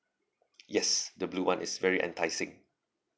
yes the blue one is very enticing